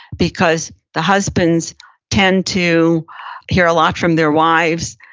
because the husbands tend to hear a lot from their wives,